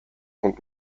und